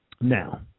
Now